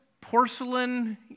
porcelain